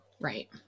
Right